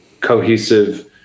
cohesive